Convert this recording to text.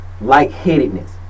lightheadedness